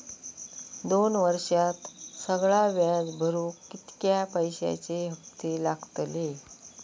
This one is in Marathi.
दोन वर्षात सगळा व्याज भरुक कितक्या पैश्यांचे हप्ते लागतले?